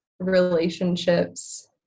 relationships